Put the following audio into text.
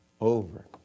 over